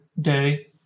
day